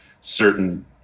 certain